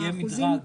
יהיה מדרג?